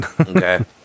Okay